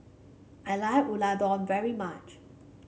I like Unadon very much